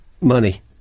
money